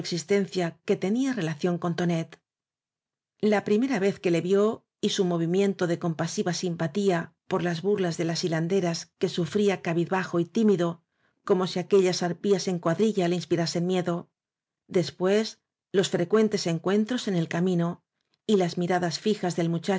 que tenía relación con tonet la primera vez que le vió y su movimiento de compasiva simpatía por las burlas de las hilan deras que sufría cabizbajo y tímido como si aquellas arpías en cuadrilla le inspirasen miedo después los frecuentes encuentros en el camino y las miradas fijas del